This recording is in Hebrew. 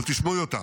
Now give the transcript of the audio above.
אבל תשמעו אותה: